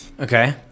okay